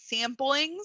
samplings